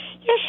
Yes